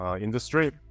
industry